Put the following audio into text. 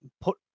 put